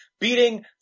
Beating